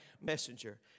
messenger